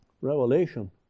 Revelation